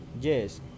Yes